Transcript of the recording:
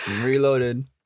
Reloaded